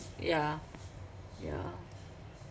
yeah yeah